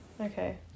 Okay